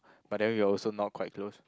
but then we also not quite close